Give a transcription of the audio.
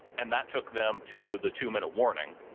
and that took them to the two minute warning.